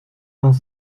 vingt